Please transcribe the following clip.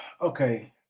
Okay